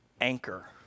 anchor